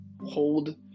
hold